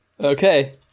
Okay